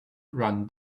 run